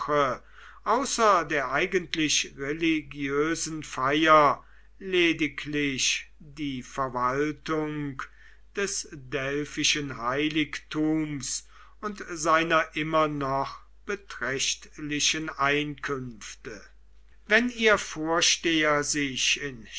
der eigentlich religiösen feier lediglich die verwaltung des delphischen heiligtums und seiner immer noch beträchtlichen einkünfte wenn ihr vorsteher sich in